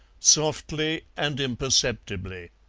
softly and imperceptibly.